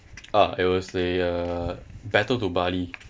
uh it was the uh better to bali